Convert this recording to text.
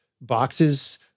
boxes